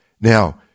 Now